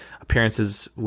appearances